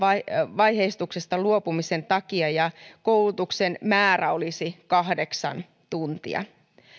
vaiheistuksesta luopumisen takia ja koulutuksen määrä olisi kahdeksan tuntia